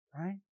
Right